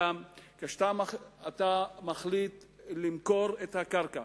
אתה מחליט למכור את הקרקע,